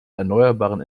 erneuerbaren